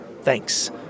thanks